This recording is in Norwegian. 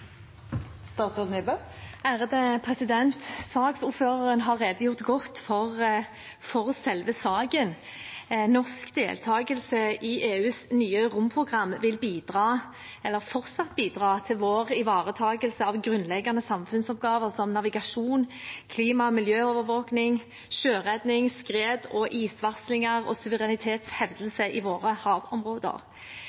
Saksordføreren har redegjort godt for selve saken. Norsk deltakelse i EUs nye romprogram vil fortsatt bidra til vår ivaretakelse av grunnleggende samfunnsoppgaver, som navigasjon, klima- og miljøovervåking, sjøredning, skred- og isvarsling og